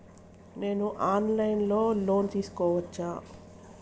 నేను online లో loan తీసుకోవచ్చా?